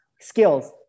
skills